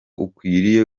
ukwiriye